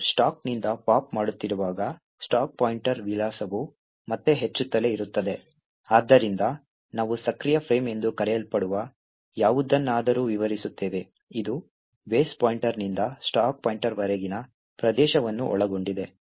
ನಾವು ಸ್ಟಾಕ್ನಿಂದ ಪಾಪ್ ಮಾಡುತ್ತಿರುವಾಗ ಸ್ಟಾಕ್ ಪಾಯಿಂಟರ್ ವಿಳಾಸವು ಮತ್ತೆ ಹೆಚ್ಚುತ್ತಲೇ ಇರುತ್ತದೆ ಆದ್ದರಿಂದ ನಾವು ಸಕ್ರಿಯ ಫ್ರೇಮ್ ಎಂದು ಕರೆಯಲ್ಪಡುವ ಯಾವುದನ್ನಾದರೂ ವಿವರಿಸುತ್ತೇವೆ ಇದು ಬೇಸ್ ಪಾಯಿಂಟರ್ನಿಂದ ಸ್ಟಾಕ್ ಪಾಯಿಂಟರ್ವರೆಗಿನ ಪ್ರದೇಶವನ್ನು ಒಳಗೊಂಡಿದೆ